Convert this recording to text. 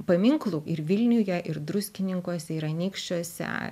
paminklų ir vilniuje ir druskininkuose ir anykščiuose